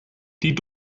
die